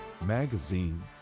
magazine